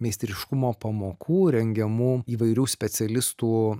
meistriškumo pamokų rengiamų įvairių specialistų